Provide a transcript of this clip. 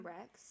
Rex